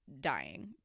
dying